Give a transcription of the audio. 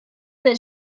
that